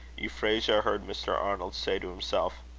euphrasia heard mr. arnold say to himself,